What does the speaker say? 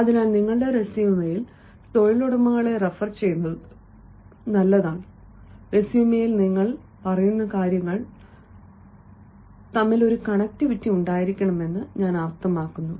അതിനാൽ നിങ്ങളുടെ റെസ്യുമെയിൽ തൊഴിലുടമകളെ റഫർ ചെയ്യുന്നത് നല്ലതാണ് റെസ്യുമെയിൽ നിങ്ങൾ പറയുന്ന കാര്യങ്ങൾ തമ്മിൽ കണക്റ്റിവിറ്റി ഉണ്ടായിരിക്കണമെന്ന് ഞാൻ അർത്ഥമാക്കുന്നു